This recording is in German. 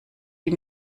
die